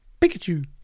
Pikachu